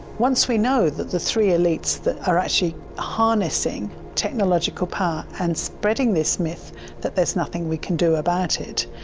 once we know that the three elites that are actually harnessing technological power and spreading this myth that there is nothing we can do about it,